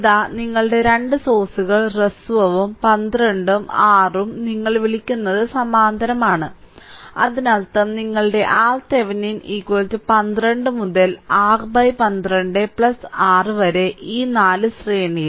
ഇതാ നിങ്ങളുടെ രണ്ട് സോഴ്സുകൾ ഹ്രസ്വവും 12 ഉം 6 ഉം നിങ്ങൾ വിളിക്കുന്നത് സമാന്തരമാണ് അതിനർത്ഥം നിങ്ങളുടെ RThevenin 12 മുതൽ 612 6 വരെ ഈ 4 ശ്രേണിയിൽ